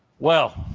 well,